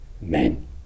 Men